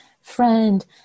friend